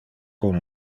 con